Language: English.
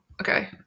okay